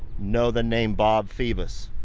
know the name, bob phoebus.